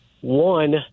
One